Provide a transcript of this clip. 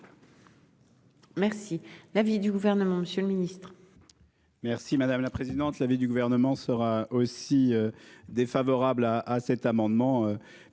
Merci. L'avis du gouvernement, Monsieur le Ministre.